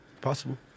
Possible